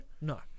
no